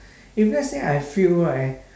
if let's say I fail right